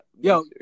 Yo